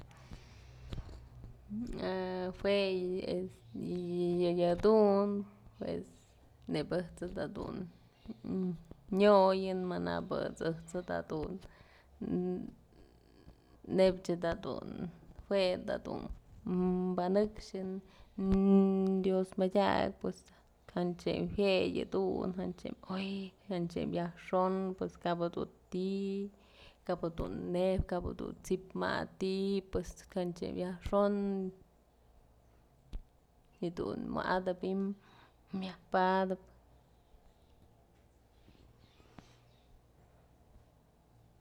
A jue yëdun pues nebyë da dun nyoyën manabë ëjt's da dun neyb chëdadun jue da dun banëkxën dios mëdyak pues jantënjue yëdun, jantyëm oy, jantyëm yajxon pues kap jedun ti'i kabë dun nejyë kap dun t'sip mat ti'i y pues janch tëm yajxon jedun wa'atëp ji'im myaj padëp.